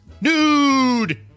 Nude